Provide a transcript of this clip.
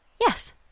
Yes